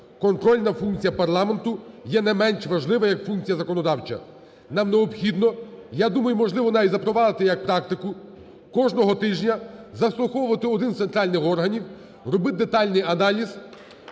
контрольна функція парламенту є не менш важлива, як функція законодавча. Нам необхідно, я думаю, можливо, навіть запровадити як практику, кожного тижня заслуховувати один з центральних органів, робити детальний аналіз,